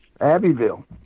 Abbeville